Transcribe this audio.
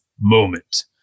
moment